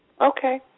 Okay